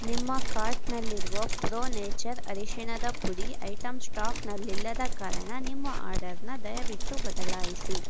ನಿಮ್ಮ ಕಾರ್ಟ್ನಲ್ಲಿರುವ pro nature ಅರಿಶಿಣದ ಪುಡಿ ಐಟಮ್ ಸ್ಟಾಕ್ನಲ್ಲಿಲ್ಲದ ಕಾರಣ ನಿಮ್ಮ ಆರ್ಡರ್ನ ದಯವಿಟ್ಟು ಬದಲಾಯಿಸಿ